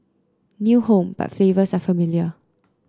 new home but flavors are familiar